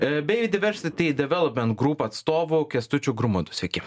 e bei diversity development grūp atstovu kęstučiu grumutu sveiki